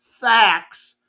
Facts